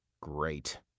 Great